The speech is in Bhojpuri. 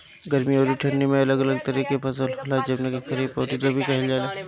गर्मी अउरी ठंडी में अलग अलग तरह के फसल होला, जवना के खरीफ अउरी रबी कहल जला